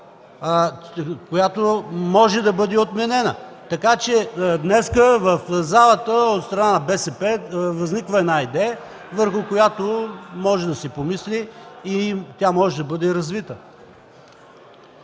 която може да бъде отменена! Така че днес в залата от страна на БСП възниква идея, върху която може да се помисли и тя може да бъде развита.